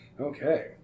Okay